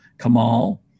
Kamal